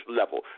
level